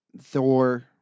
Thor